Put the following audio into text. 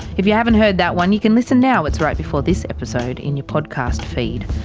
if you haven't heard that one you can listen now, it's right before this episode in your podcast feed.